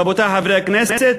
רבותי חברי הכנסת,